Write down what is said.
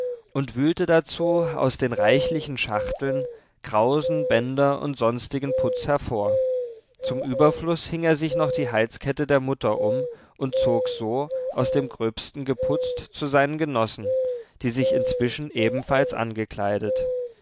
und wühlte dazu aus den reichlichen schachteln krausen bänder und sonstigen putz hervor zum überfluß hing er sich noch die halskette der mutter um und zog so aus dem gröbsten geputzt zu seinen genossen die sich inzwischen ebenfalls angekleidet